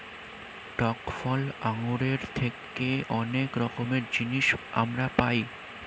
টক ফল আঙ্গুরের থেকে অনেক রকমের জিনিস আমরা পাই